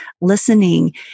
listening